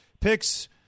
picks